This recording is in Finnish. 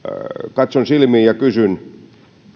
katson silmiin ja kysyn